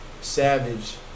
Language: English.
savage